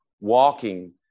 walking